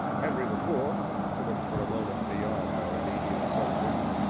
henry the fourth to look for a moment beyond our immediate subject,